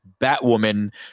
Batwoman